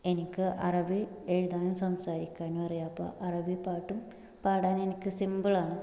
എനിക്ക് അറബി എഴുതാനും സംസാരിക്കാനും അറിയാം അപ്പം അറബി പാട്ടും പാടാൻ എനിക്ക് സിമ്പിൾ ആണ്